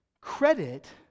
credit